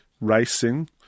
racing